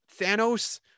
Thanos